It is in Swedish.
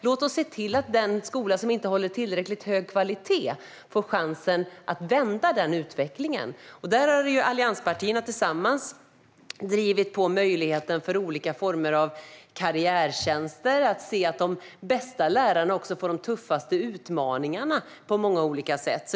Låt oss se till att den skola som inte håller tillräckligt hög kvalitet får chansen att vända den utvecklingen. Där har allianspartierna tillsammans drivit på för möjligheten till olika former av karriärtjänster och för att se till att de bästa lärarna får de tuffaste utmaningarna på många olika sätt.